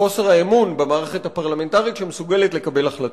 בחוסר האמון במערכת הפרלמנטרית שמסוגלת לקבל החלטות.